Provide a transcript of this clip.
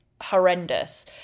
horrendous